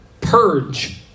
purge